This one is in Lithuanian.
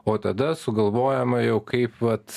o tada sugalvojama jau kaip vat